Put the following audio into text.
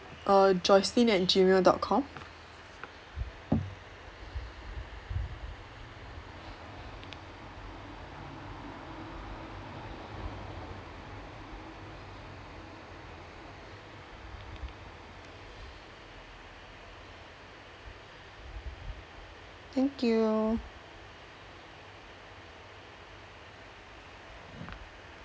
err joycelyn at gmail dot com thank you